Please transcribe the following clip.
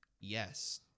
Yes